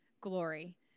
glory